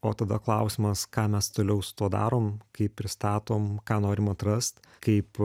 o tada klausimas ką mes toliau su tuo darom kaip pristatom ką norim atrast kaip